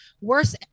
Worse